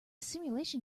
simulation